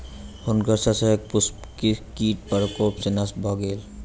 हुनकर शस्यक पुष्प कीट प्रकोप सॅ नष्ट भ गेल